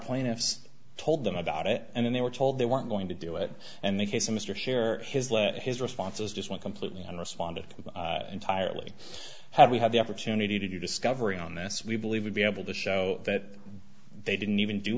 plaintiffs told them about it and then they were told they weren't going to do it and the case of mr fair his lead his responses just went completely and responded with entirely how do we have the opportunity to do discovery on this we believe would be able to show that they didn't even do